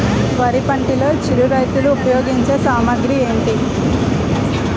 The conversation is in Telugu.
వరి పంటలో చిరు రైతులు ఉపయోగించే సామాగ్రి ఏంటి?